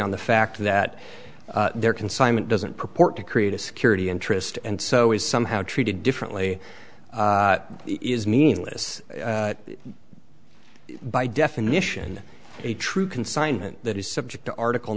on the fact that there consignment doesn't purport to create a security interest and so is somehow treated differently is meaningless by definition a true consignment that is subject to article